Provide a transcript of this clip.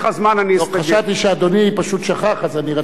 חשבתי שאדוני פשוט שכח, אז אני רציתי להזכיר לו.